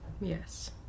Yes